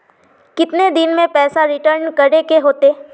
कितने दिन में पैसा रिटर्न करे के होते?